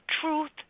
truth